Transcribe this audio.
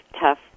tough